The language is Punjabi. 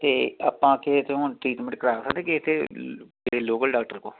ਅਤੇ ਆਪਾਂ ਕਿਸੇ ਤੋਂ ਹੁਣ ਟ੍ਰੀਟਮੈਂਟ ਕਰਾ ਸਕਦੇ ਕਿਸੇ ਤੋਂ ਲੋਕਲ ਡਾਕਟਰ ਕੋਲੋਂ